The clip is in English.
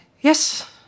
yes